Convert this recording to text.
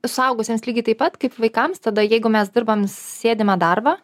suaugusiems lygiai taip pat kaip vaikams tada jeigu mes dirbam sėdimą darbą